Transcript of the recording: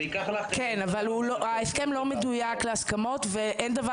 זה יקח לך --- אבל ההסכם לא מדוייק להסכמות ואין דבר